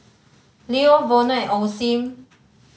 Leo Vono and Osim